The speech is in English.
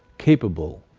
capable,